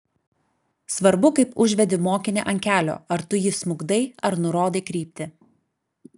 svarbu kaip užvedi mokinį ant kelio ar tu jį smukdai ar nurodai kryptį